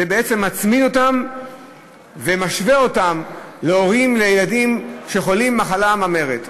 זה בעצם מצמיד אותם ומשווה אותם להורים לילדים שחולים במחלה ממארת.